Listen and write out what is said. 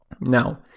Now